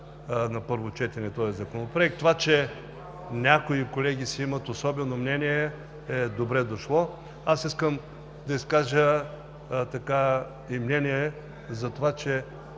на първо четене този законопроект, а това, че някои колеги си имат особено мнение, е добре дошло. Аз искам да изкажа и мнение за това, че